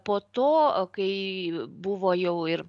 po to kai buvo jau ir